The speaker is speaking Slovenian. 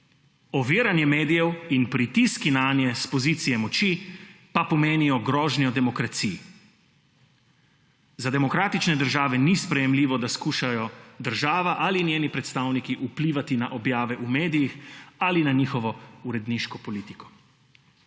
Oviranje medijev in pritiski nanje s pozicije moči pa pomenijo grožnjo demokraciji. Za demokratične države ni sprejemljivo, da skušajo država ali njeni predstavniki vplivati na objave v medijih ali na njihovo uredniško politiko.